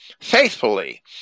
faithfully